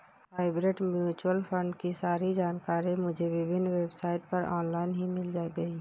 hybrid mutual fund की सारी जानकारी मुझे विभिन्न वेबसाइट पर ऑनलाइन ही मिल गयी